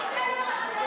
אפילו כיסא לא מצאו לה.